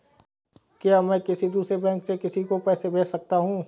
क्या मैं किसी दूसरे बैंक से किसी को पैसे भेज सकता हूँ?